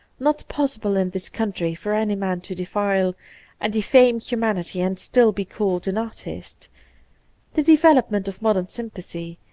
not possible in this country for any man to defile and defame humanity and still be called an artist the development of modern sympathy,